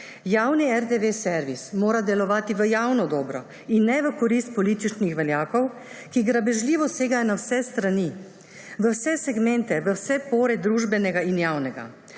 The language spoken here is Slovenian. Javni RTV servis mora delovati v javno dobro in ne v korist političnih veljakov, ki grabežljivo segajo na vse strani, v vse segmente, v vse pore družbenega in javnega.